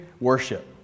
worship